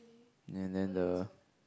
and then the